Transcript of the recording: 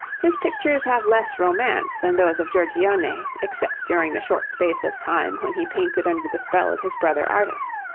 his pictures have less romance than those of giorgione, except during the short space of time when he painted under the spell of his brother artist.